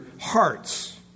hearts